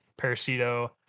Parasito